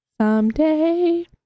someday